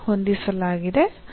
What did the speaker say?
ಗೆ ಹೊಂದಿಸಲಾಗಿದೆ